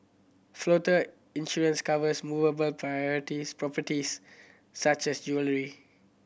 floater insurance covers movable parities properties such as jewellery